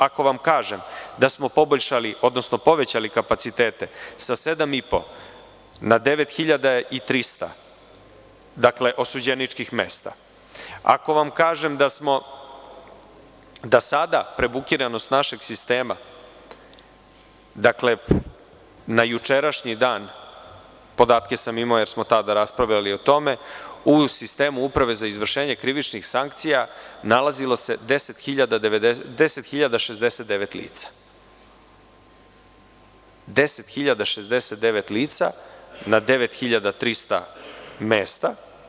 Ako vam kažem da smo poboljšali, odnosno povećali kapacitete sa 7,5 na 9.300 osuđeničkih mesta, ako vam kažem da sada prebukiranost našeg sistema, na jučerašnji dan, podatke sam imao jer smo raspravljali o tome, u sistemu Uprave za izvršenje krivičnih sankcija nalazilo se 10.069 lica na 9.300 mesta.